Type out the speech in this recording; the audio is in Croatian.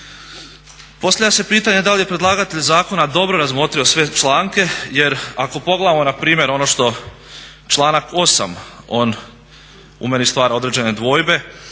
Postavlja se pitanje da li je predlagatelj zakona dobro razmotrio sve članke jer ako pogledamo npr. ono što članak 8. on u meni stvara određene dvojbe,